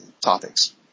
topics